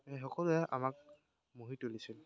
এই সকলোৱে আমাক মুহি তুলিছিল